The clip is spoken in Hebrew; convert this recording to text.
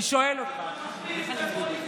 אני שואל אותך, אתם עוסקים בפוליטיקאים.